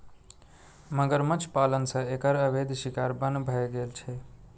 मगरमच्छ पालन सं एकर अवैध शिकार बन्न भए गेल छै